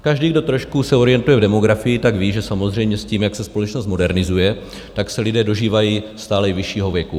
Každý, kdo trošku se orientuje v demografii, tak ví, že samozřejmě s tím, jak se společnost modernizuje, tak se lidé dožívají stále vyššího věku.